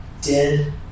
dead